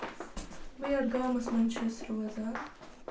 بہٕ یَتھ گامَس منٛز چھَس روزان